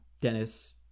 Dennis